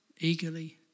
eagerly